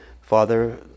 Father